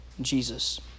Jesus